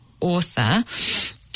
author